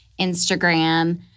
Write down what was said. Instagram